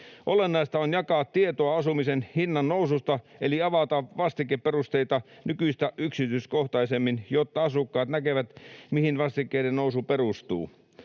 Olennaista on jakaa tietoa asumisen hinnan noususta eli avata vastikeperusteita nykyistä yksityiskohtaisemmin, jotta asukkaat näkevät, mihin vastikkeiden nousu perustuu.